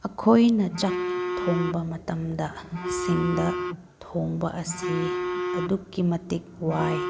ꯑꯩꯈꯣꯏꯅ ꯆꯥꯛ ꯊꯣꯡꯕ ꯃꯇꯝꯗ ꯁꯤꯡꯗ ꯊꯣꯡꯕ ꯑꯁꯤ ꯑꯗꯨꯛꯀꯤ ꯃꯇꯤꯛ ꯋꯥꯏ